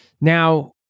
Now